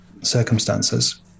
circumstances